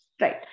Right